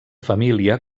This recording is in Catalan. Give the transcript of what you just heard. família